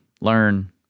Learn